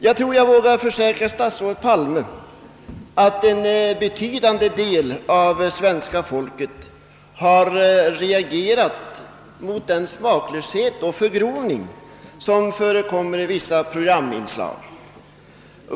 Jag tror jag vågar försäkra statsrådet Palme att en betydande del av svenska folket har reagerat mot den smaklöshet och förgrovning som förekommer. i vissa programinslag.